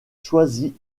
choisi